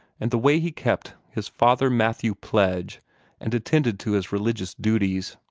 and the way he kept his father mathew pledge and attended to his religious duties.